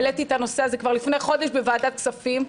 העליתי את הנושא הזה כבר לפני חודש בוועדת הכספים,